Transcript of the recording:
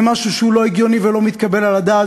זה משהו שהוא לא הגיוני ולא מתקבל על הדעת,